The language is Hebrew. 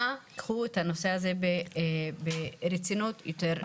נא קחו את הנושא הזה ברצינות יותר.